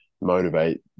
motivate